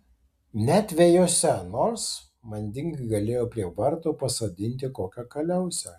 net vejose nors manding galėjo prie vartų pasodinti kokią kaliausę